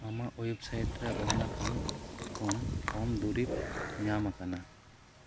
ᱟᱢᱟᱜ ᱳᱭᱮᱵᱽᱥᱟᱭᱤᱴ ᱨᱮ ᱚᱞᱟᱠᱟᱱ ᱠᱷᱚᱱ ᱠᱚᱢ ᱫᱩᱨᱤᱵᱽ ᱧᱟᱢ ᱟᱠᱟᱱᱟ